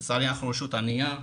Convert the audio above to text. לצערי אנחנו רשות ענייה,